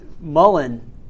Mullen